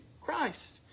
Christ